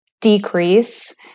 decrease